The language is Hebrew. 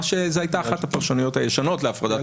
שזו הייתה אחת הפרשנויות הישנות להפרדת